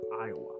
Iowa